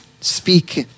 speak